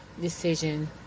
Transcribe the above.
decision